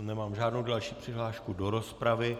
Nemám žádnou další přihlášku do rozpravy.